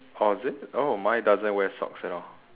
oh is it oh mine doesn't wear socks at all